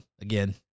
again –